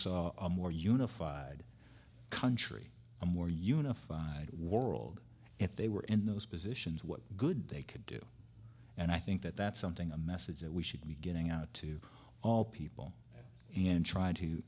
saw a more unified country a more unified world if they were in those positions what good they could do and i think that that's something a message that we should be getting out to all people and try